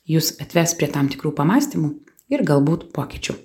jus atves prie tam tikrų pamąstymų ir galbūt pokyčių